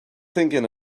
thinking